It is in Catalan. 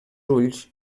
ulls